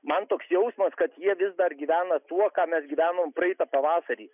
man toks jausmas kad jie vis dar gyvena tuo ką mes gyvenome praeitą pavasarį